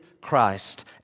Christ